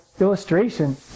illustration